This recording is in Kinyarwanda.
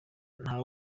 nta